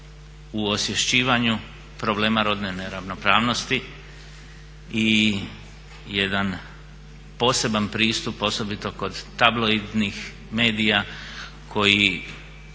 u osvješćivanju problema rodne neravnopravnosti i jedan poseban pristup, osobito kod tabloidnih medija koji